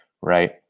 right